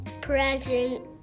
present